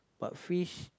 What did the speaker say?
but fish